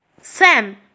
Sam